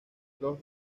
los